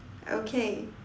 okay